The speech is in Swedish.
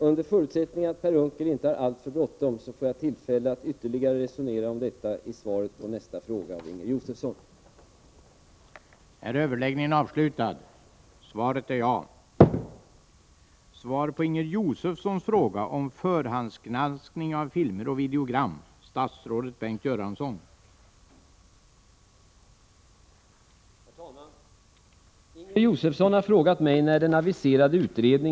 Om Per Unckel inte har alltför bråttom från kammaren, får han tillfälle att höra när jag resonerar vidare om förhandsgranskning i svaret på Inger Josefsson fråga.